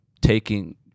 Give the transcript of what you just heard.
taking